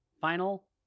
Final